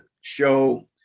show